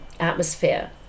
atmosphere